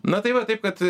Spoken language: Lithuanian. na tai va taip kad